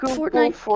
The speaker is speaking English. Fortnite